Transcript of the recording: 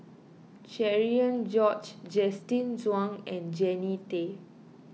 Cherian George Justin Zhuang and Jannie Tay